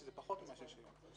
שזה פחות ממה שיש היום.